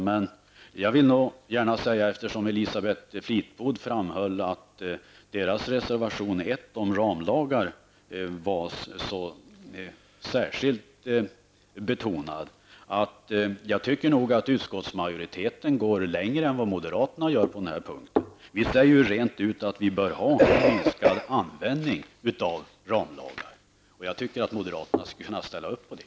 Men eftersom Elisabeth Fleetwood särskilt vill betona moderaternas reservation 1 om ramlagar, vill jag gärna säga att jag tycker att utskottsmajoriteten går längre än moderaterna gör på den här punkten. Vi säger rent ut att vi bör ha en minskad användning av ramlagar. Jag tycker att moderaterna skulle kunna ställa upp på det.